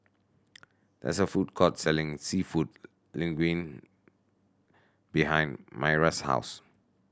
there is a food court selling Seafood Linguine behind Myra's house